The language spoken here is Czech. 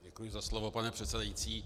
Děkuji za slovo, pane předsedající.